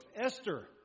Esther